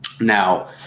Now